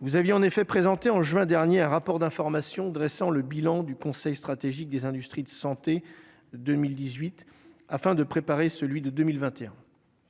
vous avez en effet présenté en juin dernier un rapport d'information, dressant le bilan du Conseil stratégique des industries de santé 2018 afin de préparer celui de 2021.